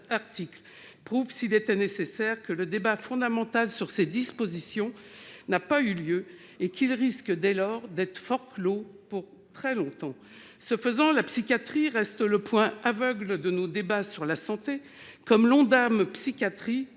nationale prouve, s'il était nécessaire, que le débat fondamental sur ces dispositions n'a pas eu lieu et risque dès lors d'être forclos pour très longtemps. Ce faisant, la psychiatrie reste le point aveugle de nos débats sur la santé, comme la psychiatrie